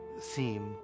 theme